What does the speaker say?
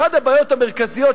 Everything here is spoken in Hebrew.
אחת הבעיות המרכזיות,